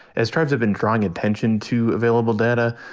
as tribes have been drawing attention to available data.